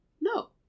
no